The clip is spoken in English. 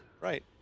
Right